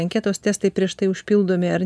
anketos testai prieš tai užpildomi ar